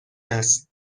است